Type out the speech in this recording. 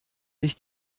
sich